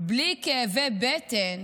בלי כאבי בטן